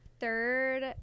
third